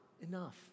enough